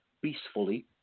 peacefully